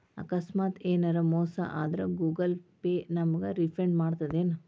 ಆಕಸ್ಮಾತ ಯೆನರ ಮೋಸ ಆದ್ರ ಗೂಗಲ ಪೇ ನಮಗ ರಿಫಂಡ್ ಮಾಡ್ತದೇನು?